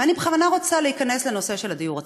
ואני בכוונה רוצה להיכנס לנושא של הדיור הציבורי,